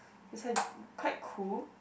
it's like quite cool